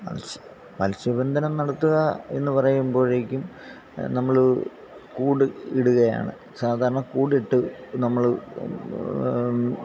മൽസ്യ മത്സ്യബന്ധനം നടത്തുക എന്ന് പറയുമ്പോഴേക്കും നമ്മള് കൂട് ഇടുകയാണ് സാധാരണ കൂടിട്ട് നമ്മള്